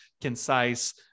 concise